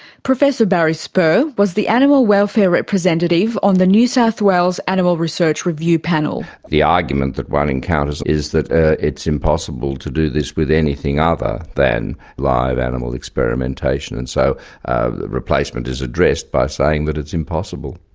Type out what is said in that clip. professor barry spurr was the animal welfare representative on the new south wales animal research review panel. the argument that one encounters is that it's impossible to do this with anything other than live animal experimentation, and so ah replacement is addressed by saying that it's impossible.